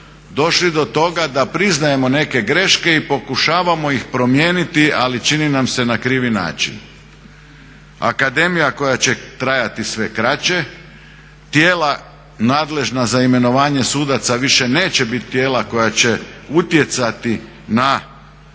došli do toga da priznajemo neke greške i pokušavamo ih promijeniti ali čini nam se na krivi način. Akademija koja će trajati sve kraće, tijela nadležna za imenovanje sudaca više neće biti tijela koja će utjecati na upis i